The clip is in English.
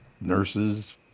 nurses